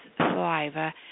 saliva